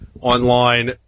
online